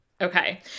Okay